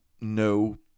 no